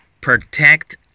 Protect